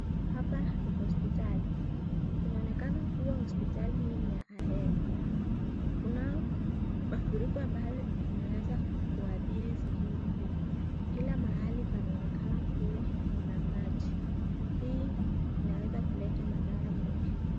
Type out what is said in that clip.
Hapa ni hosipitali inaonekana kuwa hosipitali hii ni Ahero kuna mafuriko ambayo imeweza kuathiri sehemu hii, kila mahali panaonekana kuwa kuna maji hii inaweza kuleta madhara mengi.